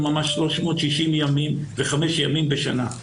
365 ימים בשנה.